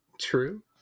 true